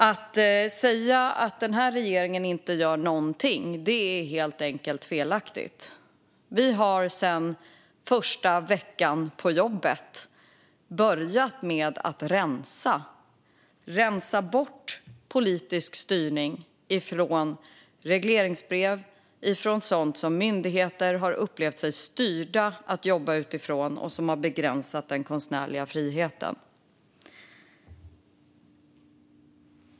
Att säga att den här regeringen inte gör någonting är helt enkelt felaktigt. Redan första veckan på jobbet började vi rensa bort politisk styrning. Vi rensar regleringsbrev från sådant som myndigheter har upplevt sig styrda att jobba utifrån och som har begränsat den konstnärliga friheten.